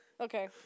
Okay